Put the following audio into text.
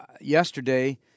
yesterday